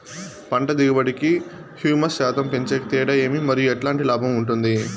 పంట దిగుబడి కి, హ్యూమస్ శాతం పెంచేకి తేడా ఏమి? మరియు ఎట్లాంటి లాభం ఉంటుంది?